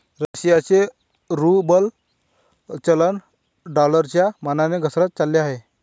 रशियाचे रूबल चलन डॉलरच्या मानाने घसरत चालले आहे